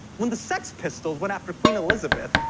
when the sex pistols went after queen elizabeth,